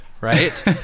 right